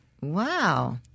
Wow